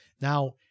now